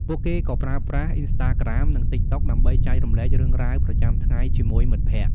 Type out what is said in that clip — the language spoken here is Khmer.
ពួកគេក៏ប្រើប្រាស់ អុីនស្តាក្រាម និង តីកតុក ដើម្បីចែករំលែករឿងរ៉ាវប្រចាំថ្ងៃជាមួយមិត្តភក្តិ។